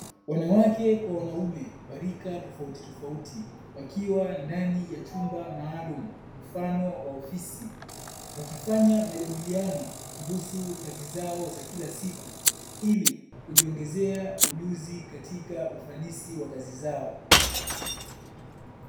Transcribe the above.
Wanawake kwa wanaume wa rika tofautitofauti wakiwa ndani ya chumba maalumu mfano wa ofisi, wakifanya majadiliano kuhusu kazi zao za kila siku ili kujiongezea ujuzi katika ufanisi wa kazi zao.